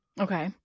Okay